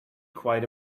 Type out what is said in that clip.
quite